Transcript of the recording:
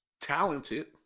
talented